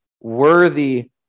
worthy